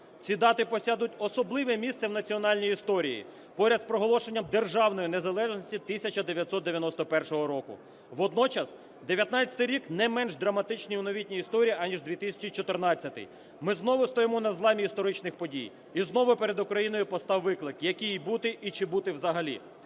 Ці дати посядуть особливе місце в національній історії поряд із проголошенням державної незалежності 1991 року. Водночас 19-й рік не менш драматичний у новітній історії, аніж 2014-й, ми знову стоїмо на зламі історичних подій, і знову перед Україною постав виклик: якій їй бути і чи бути взагалі.